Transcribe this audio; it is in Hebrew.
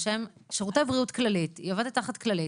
היא עובדת תחת כללית,